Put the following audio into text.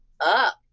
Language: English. up